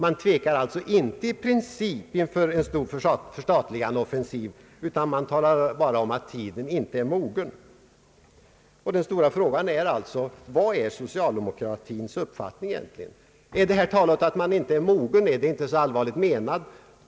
Man tvekar alltså inte i princip inför en stor förstatligandeoffensiv utan talar bara om att tiden inte är mogen härför. Den stora frågan blir alltså vad socialdemokratins uppfattning egentligen är. Har talet om att man inte är mogen varit så allvarligt menat?